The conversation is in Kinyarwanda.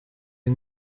izi